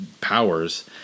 powers